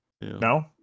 No